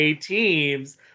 teams